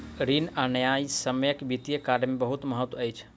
ऋण आ न्यायसम्यक वित्तीय कार्य में बहुत महत्त्व अछि